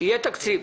יהיה תקציב.